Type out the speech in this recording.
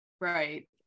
right